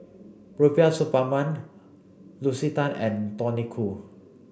Rubiah Suparman Lucy Tan and Tony Khoo